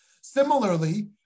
Similarly